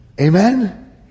Amen